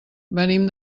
venim